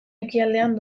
ekialdean